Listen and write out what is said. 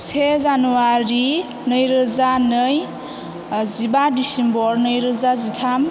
से जानुवारि नै रोजा नै जिबा दिसिम्बर रोजा जिथाम